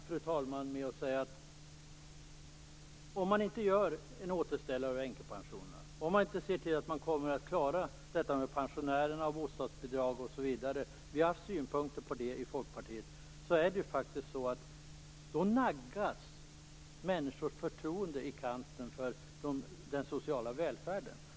Jag vill avsluta med att säga att om man inte gör en återställare beträffande änkepensionerna, om man inte ser till att man klarar detta med pensionärer och bostadsbidrag - vi har haft synpunkter på detta i Folkpartiet - då naggas människors förtroende för den sociala välfärden i kanten.